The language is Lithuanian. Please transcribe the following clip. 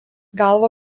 galva